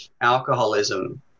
alcoholism